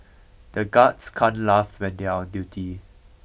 the guards can't laugh when they are on duty